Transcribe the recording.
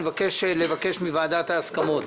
נבקש מוועדת ההסכמות